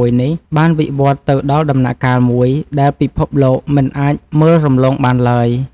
២៦ នេះ បានវិវឌ្ឍទៅដល់ដំណាក់កាលមួយដែលពិភពលោកមិនអាចមើលរំលងបានឡើយ។